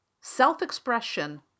self-expression